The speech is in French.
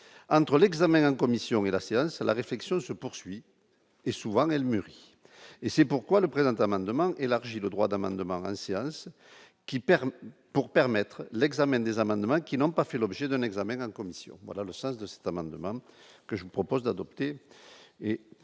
entre l'examen en commission et la séance à la réflexion se poursuit et souvent elle mûrit, et c'est pourquoi le présent amendement élargit le droit d'amendement qui permet, pour permettre l'examen des amendements qui n'ont pas fait l'objet d'un examen en commission, voilà le sens de cet amendement que je vous propose d'adopter